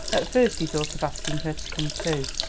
at first he thought of asking her to come too,